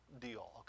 deal